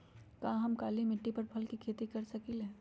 का हम काली मिट्टी पर फल के खेती कर सकिले?